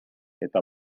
eta